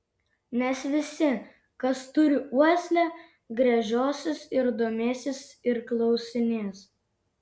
nes visi kas turi uoslę gręžiosis ir domėsis ir klausinės